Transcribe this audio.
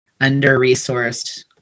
under-resourced